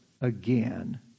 again